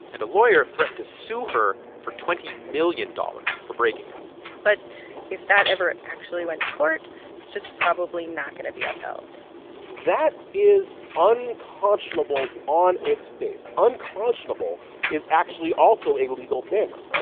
and a lawyer threatened to sue her for twenty million dollars for breaking it but if that ever actually went to court, it's just probably not going to be upheld that is unconscionable on its face. unconscionable is actually also a legal standard, right?